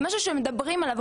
זה משהו שמדברים עליו,